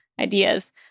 ideas